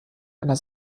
einer